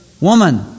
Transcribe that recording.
woman